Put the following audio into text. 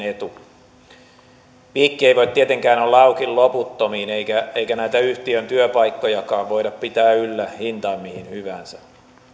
etu piikki ei voi tietenkään olla auki loputtomiin eikä näitä yhtiön työpaikkojakaan voida pitää yllä hintaan mihin hyvänsä